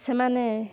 ସେମାନେ